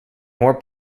more